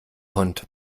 hund